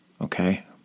Okay